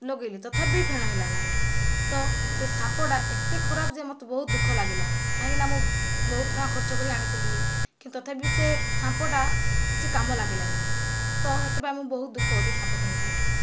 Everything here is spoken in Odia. ଲଗେଇଲି ତଥାପି ବି ଫେଣ ହେଲାନାହିଁ ତ ସେ ସାମ୍ପୋଟା ଏତେ ଖରାପ ଯେ ମୋତେ ବହୁତ ଦୁଃଖ ଲାଗିଲା କାହିଁକି ନା ମୁଁ ବହୁତ ଟଙ୍କା ଖର୍ଚ୍ଚ କରି ଆଣିଥିଲି କିନ୍ତୁ ତଥାପି ବି ସେ ସାମ୍ପୋଟା କିଛି କାମ ଲାଗିଲାନାହିଁ ତ ସେଥିପାଇଁ ମୁଁ ବହୁତ ଦୁଃଖ ହେଉଛି ସାମ୍ପୋ କିଣିକି